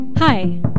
Hi